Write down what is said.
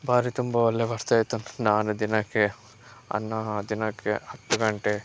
ಭಾರಿ ತುಂಬ ಒಳ್ಳೆ ಬರ್ತಾ ಇತ್ತು ನಾನು ದಿನಕ್ಕೆ ಹನ್ನೋ ದಿನಕ್ಕೆ ಹತ್ತು ಗಂಟೆ